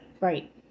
Right